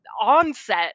onset